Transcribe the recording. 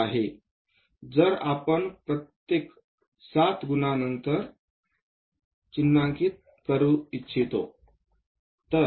तर आपण प्रत्येक 7 गुणानंतर चिन्हांकित करू इच्छितो